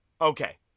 Okay